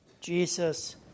Jesus